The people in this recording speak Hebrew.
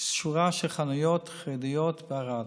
שורה של חנויות חרדיות בערד,